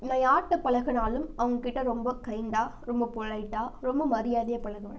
நான் யார்கிட்ட பழகினாலும் அவங்ககிட்ட ரொம்ப கைண்டாக ரொம்ப பொலைட்டாக ரொம்ப மரியாதையாக பழகுவேன்